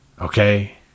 okay